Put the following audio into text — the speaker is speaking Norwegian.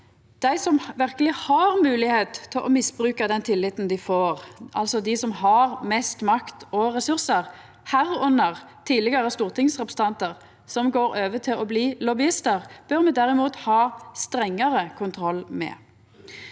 Dei som verkeleg har moglegheit til å misbruka den tilliten dei får, altså dei som har mest makt og ressursar, blant dei tidlegare stortingsrepresentantar som går over til å bli lobbyistar, bør me derimot ha strengare kontroll med.